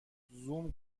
زوم